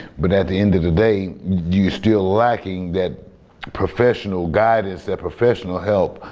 but at the end of the day you're still lacking that professional guidance that professional help,